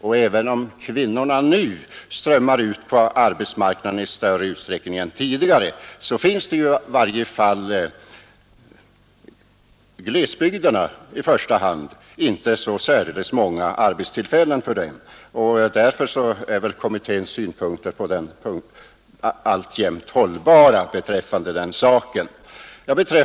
Och även om kvinnorna nu strömmar ut på arbetsmarknaden i större utsträckning än tidigare, så finns det speciellt i glesbygderna inte så särdeles många arbetstillfällen för dem. Därför torde kommitténs synpunkter i det fallet alltjämt vara hållbara.